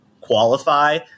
qualify